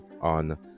on